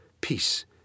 peace